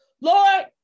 Lord